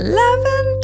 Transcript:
Eleven